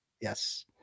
Yes